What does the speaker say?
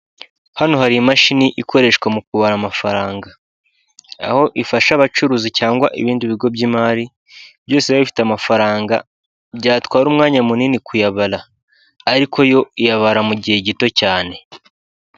Hano hari imashini ikoreshwa mu kubara amafaranga, aho ifasha abacuruzi cyangwa ibindi bigo by'imari byose biba bifite amafaranga byatwara umwanya munini kuyabara ariko yo iyabara mu gihe gito cyane.